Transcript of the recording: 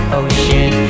ocean